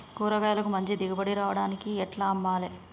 కూరగాయలకు మంచి దిగుబడి రావడానికి ఎట్ల అమ్మాలే?